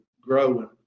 growing